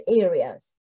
areas